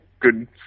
good